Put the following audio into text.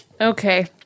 Okay